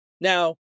Now